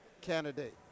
candidate